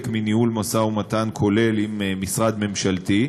מניהול משא ומתן כולל עם משרד ממשלתי.